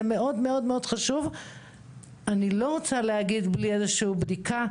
אני לא רוצה להגיד בלי איזו שהיא בדיקה,